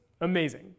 amazing